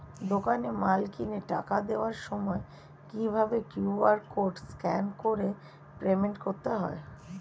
দোকানে মাল কিনে টাকা দেওয়ার সময় কিভাবে কিউ.আর কোড স্ক্যান করে পেমেন্ট করতে হয়?